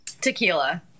Tequila